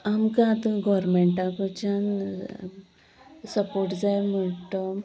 आमकां आतां गोरमेंटा कडच्यान सपोर्ट जाय म्हणटा तो